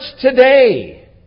today